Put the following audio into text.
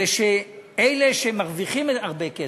שאלה שמרוויחים הרבה כסף,